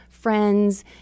friends